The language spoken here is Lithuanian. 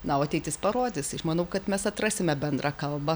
na o ateitis parodys iš manau kad mes atrasime bendrą kalbą